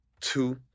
Two